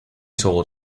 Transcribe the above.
told